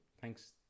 Thanks